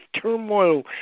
turmoil